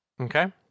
Okay